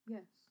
Yes